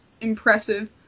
impressive